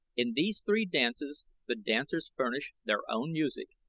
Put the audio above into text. in these three dances the dancers furnish their own music,